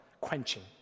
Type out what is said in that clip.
quenching